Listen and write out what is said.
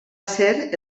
ser